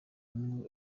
n’umwe